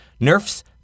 Nerf's